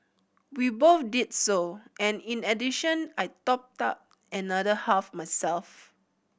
we both did so and in addition I topped up another half myself